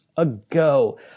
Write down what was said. ago